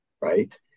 right